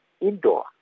indoor